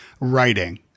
writing